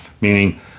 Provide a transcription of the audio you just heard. meaning